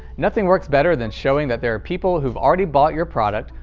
nothing works better than showing that there are people who've already bought your product,